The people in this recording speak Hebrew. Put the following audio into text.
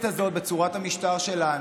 בצורת המשטר שלנו,